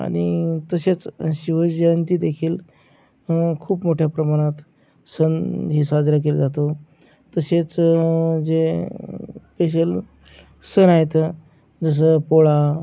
आणि तसेच शिवजयंती देखील खूप मोठ्या प्रमाणात सण ही साजरा केला जातो तसेच जे स्पेशल सण आहेत जसं पोळा